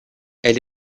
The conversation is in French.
elle